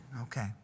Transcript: okay